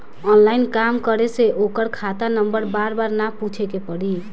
online काम करे से ओकर खाता नंबर बार बार ना पूछे के पड़ी